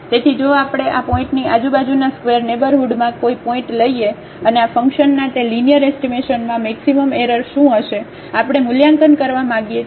તેથી જો આપણે આ પોઇન્ટની આજુબાજુના સ્ક્વેર નેઇબરહુડમાં કોઈ પોઇન્ટ લઈએ અને આ ફંકશનના તે લીનીઅર એસ્ટીમેશનમાં મેક્સિમમ એરર શું હશે આપણે મૂલ્યાંકન કરવા માંગીએ છીએ